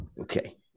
Okay